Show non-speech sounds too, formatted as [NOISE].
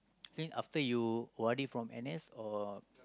[NOISE] think after you O_R_D from N_S or